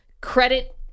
credit